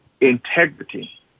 integrity